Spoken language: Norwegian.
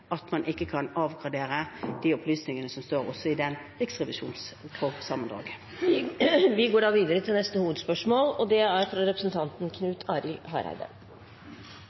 at man heller ikke kan avgradere de opplysningene som står i riksrevisjonssammendraget. Vi går da videre til neste hovedspørsmål.